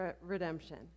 redemption